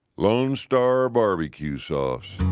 lonestar barbecue sauce.